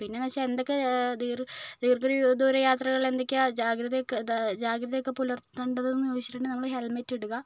പിന്നേന്ന് വെച്ചാൽ എന്തൊക്കെ ദീർ ദീർഘ ദൂര യാത്രകളില് എന്തൊക്കെയാണ് ജാഗ്രത ജാഗ്രതയൊക്കെ പുലർത്തേണ്ടത് എന്ന് ചോദിച്ചിട്ടുണ്ടെങ്കിൽ നമ്മൾ ഹെൽമെറ്റ് ഇടുക